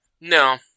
No